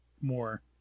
more